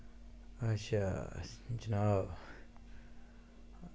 अच्छा जनाब